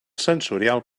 sensorial